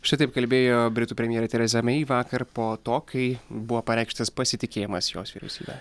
šitaip kalbėjo britų premjerė tereza mei vakar po to kai buvo pareikštas pasitikėjimas jos vyriausybe